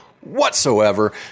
whatsoever